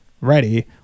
ready